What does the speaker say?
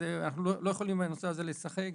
אנחנו לא יכולים בנושא הזה לשחק.